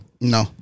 No